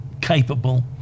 capable